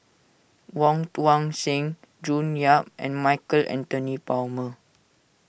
Wong Tuang Seng June Yap and Michael Anthony Palmer